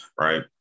right